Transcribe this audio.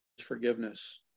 forgiveness